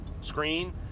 screen